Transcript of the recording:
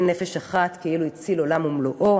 כל המציל נפש אחת כאילו הציל עולם ומלואו.